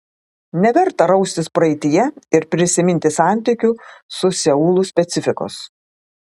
neverta raustis praeityje ir prisiminti santykių su seulu specifikos